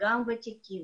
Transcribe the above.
גם עולים